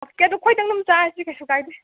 ꯑꯛꯀꯦ ꯑꯗꯣ ꯑꯩꯈꯣꯏꯗꯪ ꯑꯗꯨꯝ ꯆꯥꯔꯁꯤ ꯀꯩꯁꯨ ꯀꯥꯏꯗꯦ